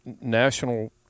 national